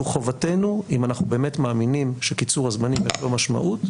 זו חובתנו אם אנחנו באמת מאמינים שקיצור הזמנים יש לו משמעות,